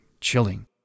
chilling